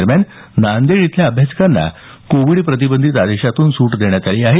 दरम्यान नांदेड इथल्या अभ्यासिकांना कोविड प्रतिबंधित आदेशातून सूट देण्यात आली आहे